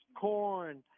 corn